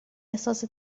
احساس